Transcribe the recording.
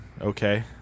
okay